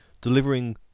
delivering